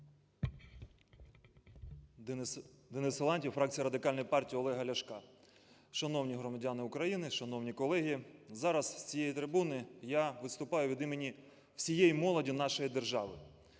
Денис Силантьєв, фракція Радикальної партії Олега Ляшка. Шановні громадяни України, шановні колеги! Зараз з цієї трибуни я виступаю від імені всієї молоді нашої держави.